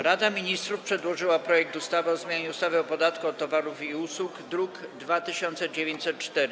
Rada Ministrów przedłożyła projekt ustawy o zmianie ustawy o podatku od towarów i usług, druk nr 2904.